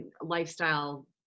lifestyle